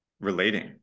relating